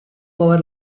power